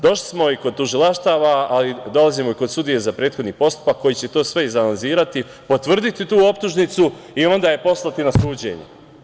Došli smo i kod tužilaštava, ali dolazimo i kod sudije za prethodni postupak koji će to sve izanalizirati, potvrditi tu optužnicu i onda je poslati na suđenje.